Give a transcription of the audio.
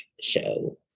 show